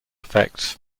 effects